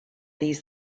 these